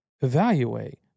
evaluate